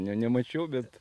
ne nemačiau bet